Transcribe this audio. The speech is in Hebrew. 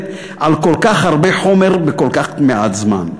על כל כך הרבה חומר בכל כך מעט זמן.